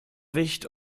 wicht